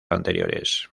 anteriores